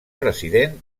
president